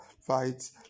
fight